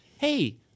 Hey